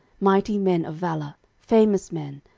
mighty men of valour, famous men,